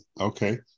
Okay